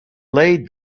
laid